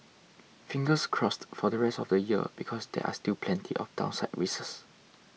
fingers crossed for the rest of the year because there are still plenty of downside risks